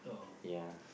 ya